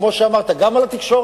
כמו שאמרת גם על התקשורת,